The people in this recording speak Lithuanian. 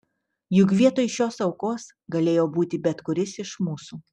juk vietoj šios aukos galėjo būti bet kuris iš mūsų